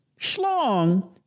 schlong